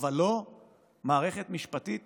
אבל לא מערכת משפטית